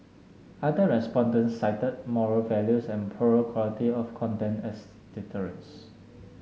other respondents cited moral values and poorer quality of content as deterrents